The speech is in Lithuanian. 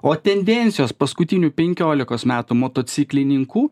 o tendencijos paskutinių penkiolikos metų motociklininkų